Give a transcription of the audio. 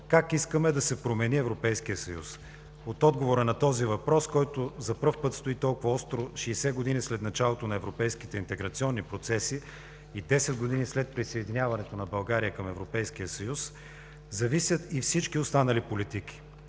как искаме да се промени Европейският съюз? От отговора на този въпрос, който за пръв път стои толкова остро 60 години след началото на европейските интеграционни процеси и 10 години след присъединяването на България към Европейския съюз, зависят и всички останали политики.